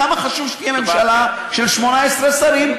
כמה חשוב שתהיה ממשלה של 18 שרים,